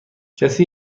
کسی